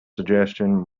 suggestion